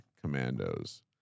Commandos